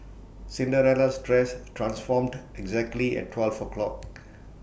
Cinderella's dress transformed exactly at twelve o'clock